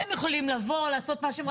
הם יכולים לבוא, לעשות משהו.